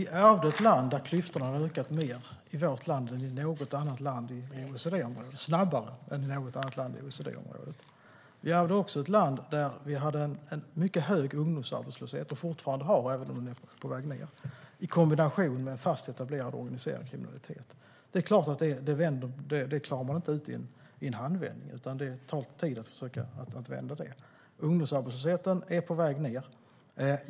Herr talman! Vi ärvde som sagt ett land där klyftorna hade ökat snabbare än i något annat land i OECD-området. Vi ärvde också ett land där vi hade en mycket hög ungdomsarbetslöshet - och fortfarande har, även om den är på väg ned - i kombination med en fast etablerad och organiserad kriminalitet. Det är klart att man inte klarar ut det i en handvändning, utan det tar tid att försöka vända det. Ungdomsarbetslösheten är på väg ned.